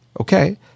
okay